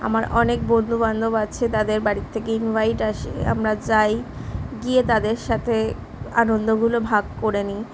আমার অনেক বন্ধুবান্ধব আছে তাদের বাড়ির থেকে ইনভাইট আসে আমরা যাই গিয়ে তাদের সাথে আনন্দগুলো ভাগ করে নিই